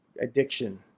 addiction